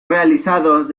realizados